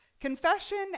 Confession